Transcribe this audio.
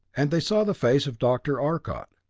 and they saw the face of dr. arcot.